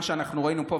מה שאנחנו ראינו פה,